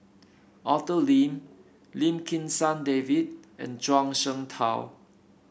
Arthur Lim Lim Kim San David and Zhuang Shengtao